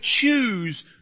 choose